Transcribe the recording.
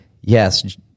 yes